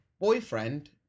boyfriend